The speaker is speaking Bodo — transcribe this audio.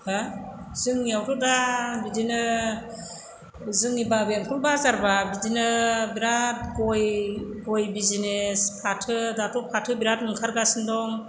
हो जोंनियावथ' दा बिदिनो जोंनि बाबायाथ' बाजारबा बिदिनो बिराथ गय गय बिजिनेस फाथो दाथ' फाथो बिराथ ओंखारगासिनो दं